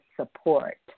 support